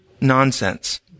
nonsense